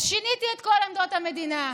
אז שיניתי את כל עמדות המדינה,